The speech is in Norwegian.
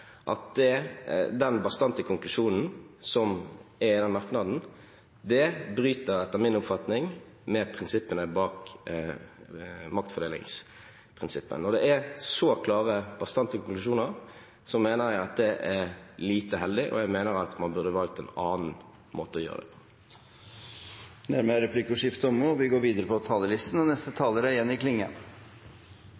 den bastante konklusjonen som er i den merknaden, og si at den etter min oppfatning bryter med maktfordelingsprinsippet. Når det er så klare og bastante konklusjoner, mener jeg at det er lite heldig, og jeg mener at man burde valgt en annen måte å gjøre det på. Replikkordskiftet er omme. Kontroll- og konstitusjonskomiteen vedtok å gjennomføre høyring om eigarstyringa knytt til nytt felles sjukehus i Nordmøre og